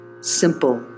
simple